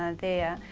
ah there,